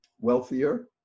wealthier